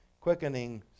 Quickening